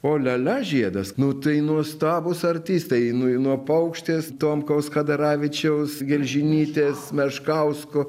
o lia lia žiedas nu tai nuostabūs artistai nu nuo paukštės tomkaus chadaravičiaus gelžinytės meškausko